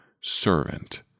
servant